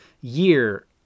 year